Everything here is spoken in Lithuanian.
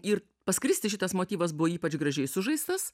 ir pas kristi šitas motyvas buvo ypač gražiai sužaistas